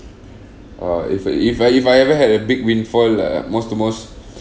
uh if I if I if I ever had a big windfall uh most the most